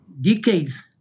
decades